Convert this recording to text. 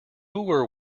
were